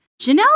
Janelle